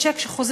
יש צ'ק שחוזר,